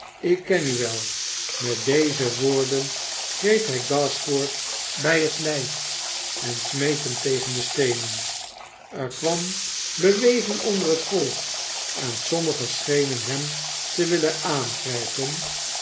ik ken u wel met deze woorden greep hij gashford bij het lijf en smeet hem tegen de steenen er kwam beweging onder het volk en sommigen schenen hem te willen aangrijpen